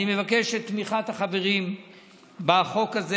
אני מבקש את תמיכת החברים בחוק הזה,